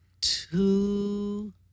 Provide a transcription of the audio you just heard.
two